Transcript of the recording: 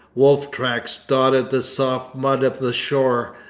wolf tracks dotted the soft mud of the shore,